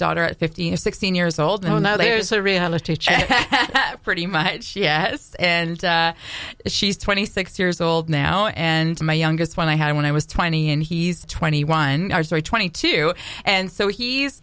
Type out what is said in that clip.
daughter at fifteen or sixteen years old and i know there's a reality check a pretty much yes and she's twenty six years old now and my youngest when i had him when i was twenty and he's twenty one twenty two and so he's